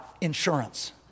Insurance